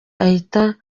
ahita